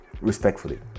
Respectfully